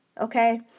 Okay